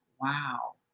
Wow